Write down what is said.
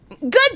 good